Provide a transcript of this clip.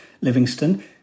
Livingston